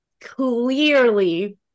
clearly